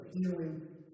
healing